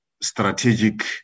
strategic